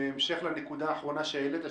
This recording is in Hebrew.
בהמשך לנקודה האחרונה שהעלית,